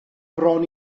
bron